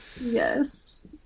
Yes